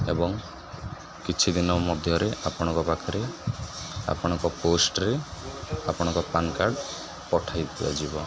ଏବଂ କିଛିଦିନ ମଧ୍ୟରେ ଆପଣଙ୍କ ପାଖରେ ଆପଣଙ୍କ ପୋଷ୍ଟ୍ରେ ଆପଣଙ୍କ ପାନ୍ କାର୍ଡ଼ ପଠାଇ ଦିଆଯିବ